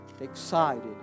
excited